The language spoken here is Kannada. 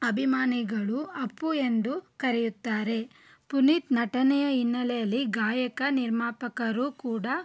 ಅಭಿಮಾನಿಗಳು ಅಪ್ಪು ಎಂದು ಕರೆಯುತ್ತಾರೆ ಪುನೀತ್ ನಟನೆಯ ಹಿನ್ನಲೆಯಲ್ಲಿ ಗಾಯಕ ನಿರ್ಮಾಪಕರು ಕೂಡ